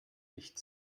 nichts